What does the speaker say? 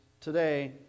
today